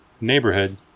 neighborhood